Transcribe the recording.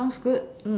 sounds good